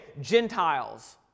Gentiles